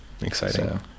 Exciting